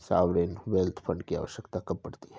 Sovereign wealth fund की आवश्यकता कब पड़ती है?